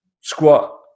squat